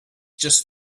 just